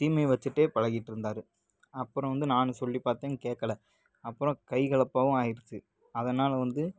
தீமையை வச்சிட்டே பழகிட்டு இருந்தாரு அப்புறம் வந்து நானும் சொல்லி பார்த்தேன் கேட்கல அப்புறம் கை கலப்பாகவும் ஆகிருச்சு அதனால வந்து